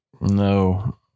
No